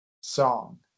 song